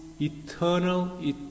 eternal